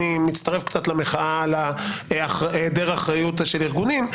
אני מצטרף קצת למחאה על היעדר אחריות של ארגונים.